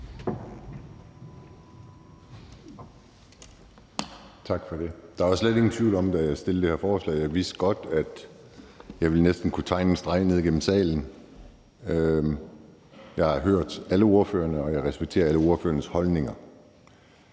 Tak for det. Der var slet ingen tvivl om, da jeg fremsatte det her forslag, at jeg næsten ville kunne tegne en streg ned igennem salen. Jeg har hørt alle ordførerne, og jeg respekterer alle ordførernes holdninger.